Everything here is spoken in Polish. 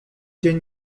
dzień